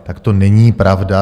Tak to není pravda.